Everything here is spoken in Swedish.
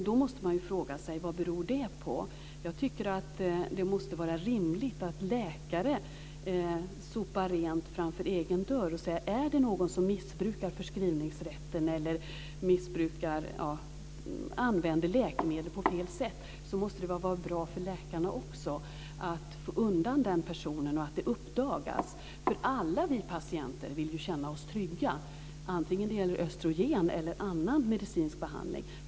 Då måste man ju fråga sig vad det beror på. Jag tycker att det måste vara rimligt att läkare sopar rent framför egen dörr. Är det någon som missbrukar förskrivningsrätten eller använder läkemedel på fel sätt måste det vara bra för läkarna också att få undan den personen och att det uppdagas. Alla vi patienter vill ju känna oss trygga antingen det gäller östrogen eller annan medicinsk behandling.